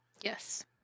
Yes